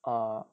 err